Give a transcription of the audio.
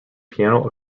piano